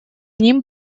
ним